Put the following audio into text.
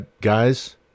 guys